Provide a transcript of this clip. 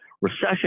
recession